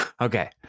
Okay